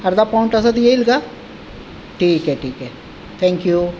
अर्धा पॉईंट अर्धा पाऊण तासात येईल का ठीक आहे ठीक आहे थँक्यू